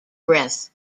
breath